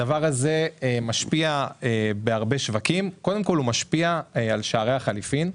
הדבר הזה משפיע בהרבה שווקים על שערי החליפין.